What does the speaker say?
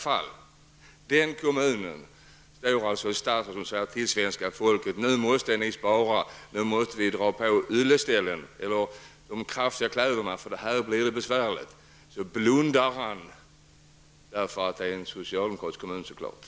Samtidigt som finansministern säger till svenska folket att nu måste vi spara och dra på de kraftiga kläderna, eftersom det nu blir besvärligt, blundar han i detta fall -- naturligtvis därför att det är en socialdemokratiskt styrd kommun.